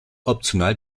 optional